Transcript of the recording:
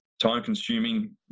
time-consuming